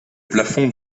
plafond